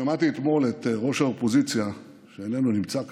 שמעתי אתמול את ראש האופוזיציה, שאיננו נמצא כאן,